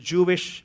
Jewish